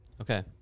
Okay